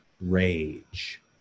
rage